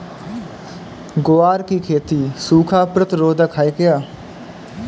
ग्वार की खेती सूखा प्रतीरोधक है क्या?